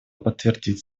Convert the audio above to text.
подтвердить